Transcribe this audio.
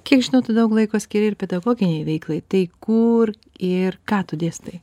kiek žinau daug laiko skiri ir pedagoginei veiklai tai kur ir ką tu dėstai